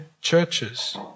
churches